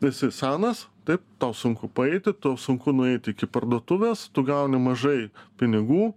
esi senas taip tau sunku paeiti tau sunku nueiti iki parduotuvės tu gauni mažai pinigų